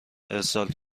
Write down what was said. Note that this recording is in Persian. ارسال